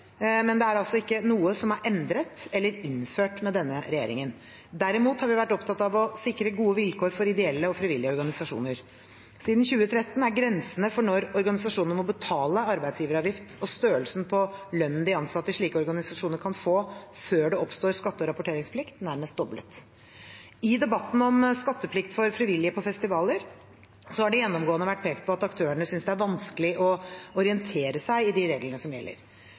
men det er altså ikke noe som er endret eller innført med denne regjeringen. Derimot har vi vært opptatt av å sikre gode vilkår for ideelle og frivillige organisasjoner. Siden 2013 er grensene for når organisasjonene må betale arbeidsgiveravgift, og størrelsen på lønnen de ansatte i slike organisasjoner kan få før det oppstår skatte- og rapporteringsplikt, nærmest doblet. I debatten om skatteplikt for frivillige på festivaler har det gjennomgående vært pekt på at aktørene synes det er vanskelig å orientere seg i de reglene som gjelder.